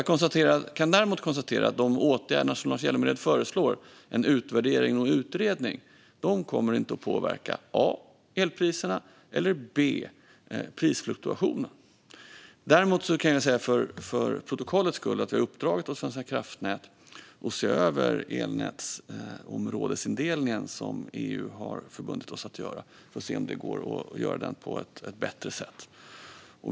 Jag kan däremot konstatera att de åtgärder som Lars Hjälmered föreslår, en utvärdering och en utredning, inte kommer att påverka vare sig a) elpriserna eller b) prisfluktuationen. Jag kan också för protokollets skull säga att vi har uppdragit åt Svenska kraftnät att se över elnätsområdesindelningen som EU har förbundit oss att göra för att se om det går att göra den på ett bättre sätt.